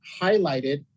highlighted